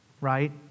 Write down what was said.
right